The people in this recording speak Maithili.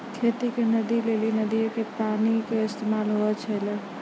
खेती के पानी लेली नदीयो के पानी के इस्तेमाल होय छलै